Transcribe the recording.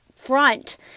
front